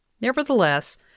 Nevertheless